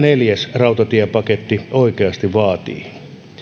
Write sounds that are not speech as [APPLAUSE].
[UNINTELLIGIBLE] neljäs rautatiepaketti oikeasti vaatii